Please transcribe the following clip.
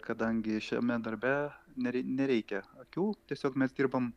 kadangi šiame darbe nerei nereikia akių tiesiog mes dirbam